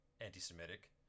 anti-semitic